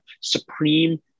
supreme